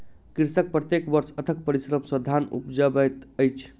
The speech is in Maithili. कृषक प्रत्येक वर्ष अथक परिश्रम सॅ धान उपजाबैत अछि